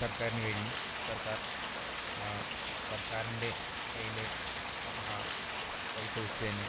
സർക്കാരിന് കഴിയും സർക്കാർ സർക്കാരിൻ്റെ കയ്യിലെ പൈസ വെച്ച് തന്നെ